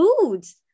foods